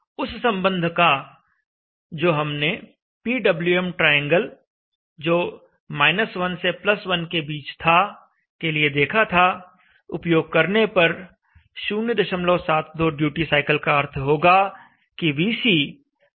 उस संबंध का जो हमने पीडब्ल्यूएम ट्रायंगल जो 1 से 1 के बीच था के लिए देखा था उपयोग करने पर 072 ड्यूटी साइकिल का अर्थ होगा कि VC 044 है